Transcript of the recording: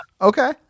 Okay